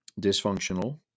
dysfunctional